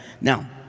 now